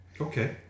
Okay